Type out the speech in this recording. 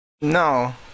No